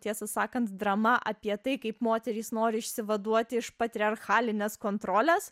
tiesą sakant drama apie tai kaip moterys nori išsivaduot iš patriarchalinės kontrolės